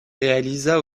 réalisa